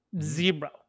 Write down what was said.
Zero